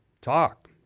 Talk